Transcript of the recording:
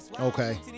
Okay